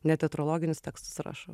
ne teatrologinius tekstus rašau